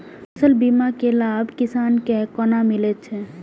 फसल बीमा के लाभ किसान के कोना मिलेत अछि?